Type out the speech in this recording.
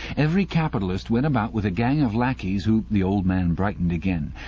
every capitalist went about with a gang of lackeys who the old man brightened again.